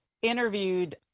interviewed